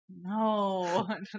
No